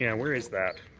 yeah where is that?